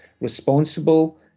responsible